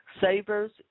Savers